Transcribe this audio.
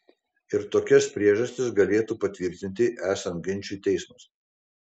ir tokias priežastis galėtų patvirtinti esant ginčui teismas